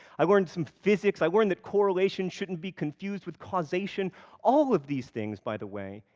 i learned some physics, i learned that correlation shouldn't be confused with causation all of these things, by the way,